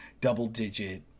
double-digit